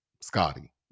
Scotty